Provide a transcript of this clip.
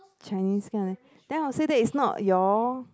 Chinese kind leh then I would say that it's not your